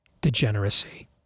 Degeneracy